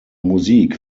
musik